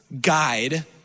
guide